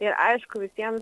ir aišku visiems